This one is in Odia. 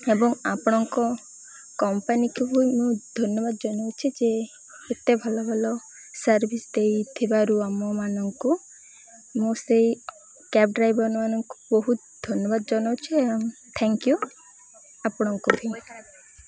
ଏବଂ ଆପଣଙ୍କ କମ୍ପାନୀକୁ ବି ମୁଁ ଧନ୍ୟବାଦ ଜଣାଉଛି ଯେ ଏତେ ଭଲ ଭଲ ସର୍ଭିସ୍ ଦେଇଥିବାରୁ ଆମମାନଙ୍କୁ ମୁଁ ସେଇ କ୍ୟାବ ଡ୍ରାଇଭରମାନଙ୍କୁ ବହୁତ ଧନ୍ୟବାଦ ଜଣାଉଛି ଥ୍ୟାଙ୍କ୍ ୟୁ ଆପଣଙ୍କୁ